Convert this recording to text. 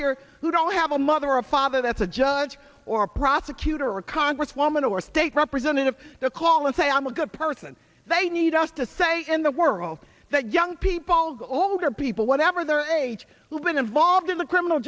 here who don't have a mother a father that's a judge or prosecutor or congresswoman or state representative to call and say i'm a good person they need us to say in the world that young people all the older people whatever their age will been involved in the criminal